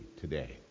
today